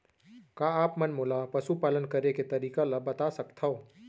का आप मन मोला पशुपालन करे के तरीका ल बता सकथव?